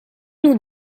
nous